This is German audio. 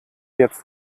jetzt